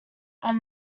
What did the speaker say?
are